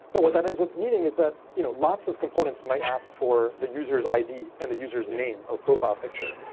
but what that ends up meaning is that you know lots of opponents might ask for the user s id and the user s name or profile picture,